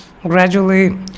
gradually